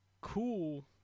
cool